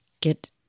get